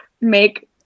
make